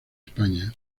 españa